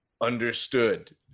understood